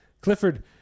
Clifford